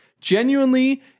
genuinely